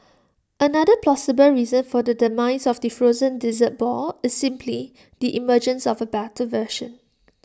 another plausible reason for the demise of the frozen dessert ball is simply the emergence of A better version